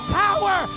power